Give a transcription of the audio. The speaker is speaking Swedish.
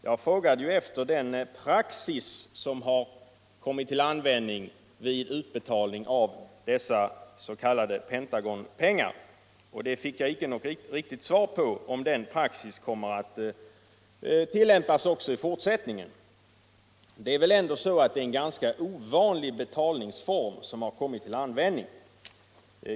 Min fråga gillde den praxis som kommit till användning vid utbetalning av dessa s.k. Pentagonpengar. Jag fick inte något riktigt klart besked. om samma praxis kommer alt tillämpas också i fortsättningen. Det är väl ändå en ganska ovanlig betalningsform som kommit till användning.